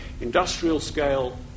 industrial-scale